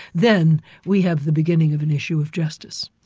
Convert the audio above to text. then we have the beginning of an issue of justice.